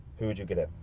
who would you get in?